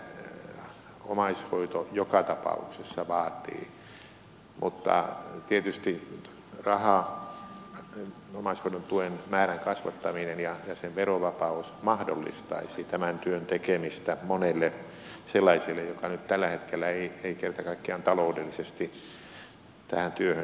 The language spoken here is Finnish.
sitähän omaishoito joka tapauksessa vaatii mutta tietysti raha omaishoidon tuen määrän kasvattaminen ja sen verovapaus mahdollistaisi tämän työn tekemistä monelle sellaiselle joka nyt tällä hetkellä ei kerta kaikkiaan taloudellisesti tähän työhön yllä